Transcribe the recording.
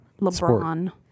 lebron